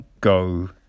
go